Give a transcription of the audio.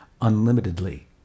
unlimitedly